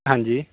ਹਾਂਜੀ